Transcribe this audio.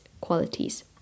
qualities